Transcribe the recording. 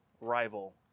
rival